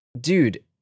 dude